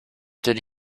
did